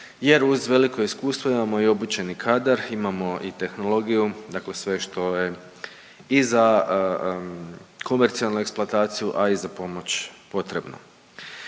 jer uz veliko iskustvo imamo i obučeni kadar, imamo i tehnologiju. Dakle sve što je i za komercijalnu eksploataciju, a i za pomoć potrebno.